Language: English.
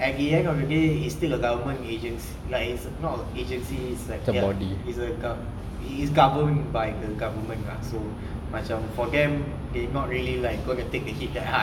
at the end of the day is still a government agents like it's not agencies like it's like ya is a guv~ it is govern by the government lah so for them they not really like going to take the hit that hard lah